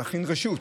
תכין רשות